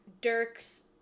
Dirk's